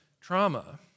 trauma